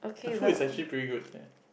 the food is actually pretty good there